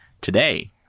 Today